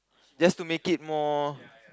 just to make it more